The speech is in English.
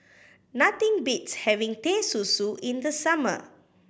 nothing beats having Teh Susu in the summer